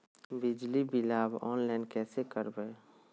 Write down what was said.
बिजली बिलाबा ऑनलाइन कैसे करबै?